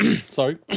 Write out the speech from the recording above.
sorry